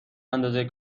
اندازه